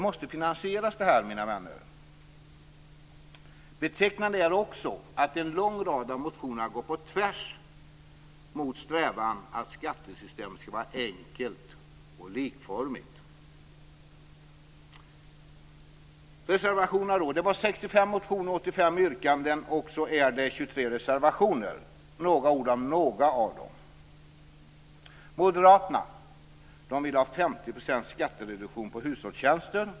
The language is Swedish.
Mina vänner, det här måste ju finansieras! Betecknande är också att en lång rad motioner går på tvärs med strävan efter ett skattesystem som är enkelt och likformigt. Det finns 65 motioner, 85 yrkanden och 23 reservationer. Jag skall säga några ord om några av dem. Moderaterna vill ha 50 % skattereduktion på hushållstjänster.